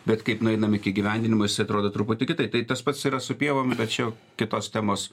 bet kaip nueinam iki įgyvendinimo jisai atrodo truputį kitaip tai tas pats yra su pievom bet čia jau kitos temos